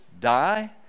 die